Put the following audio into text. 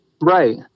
right